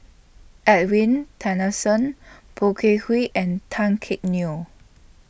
Edwin Poh Kay and Tan Neo